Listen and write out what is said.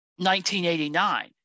1989